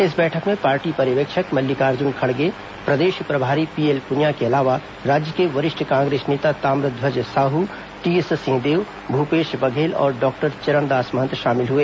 इस बैठक में पार्टी पर्यवेक्षक मल्लिकार्जुन खड़गे प्रदेश प्रभारी पीएल पुनिया के अलावा राज्य के वरिष्ठ कांग्रेस नेता ताम्रध्वज साहू टीएस सिंहदेव भूपेश बघेल और डॉक्टर चरणदास महत शामिल हुए